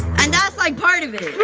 and that's like part of it.